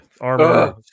armor